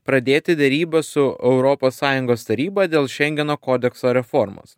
pradėti derybas su europos sąjungos taryba dėl šengeno kodekso reformos